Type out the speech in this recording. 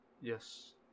yes